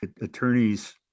attorneys